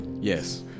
Yes